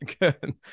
Good